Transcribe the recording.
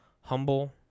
humble